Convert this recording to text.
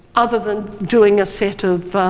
other than doing a set of